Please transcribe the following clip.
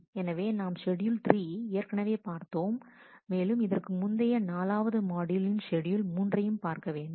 எனவே நாம் ஷெட்யூல் 3 ஏற்கனவே பார்த்தோம் மேலும் இதற்கு முந்தைய 4 வது மாட்யூலின் ஷெட்யூல் மூன்றையும் பார்க்க வேண்டும்